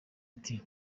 ati